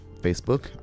Facebook